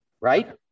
right